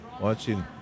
Watching